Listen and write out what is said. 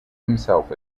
himself